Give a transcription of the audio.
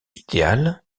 idéal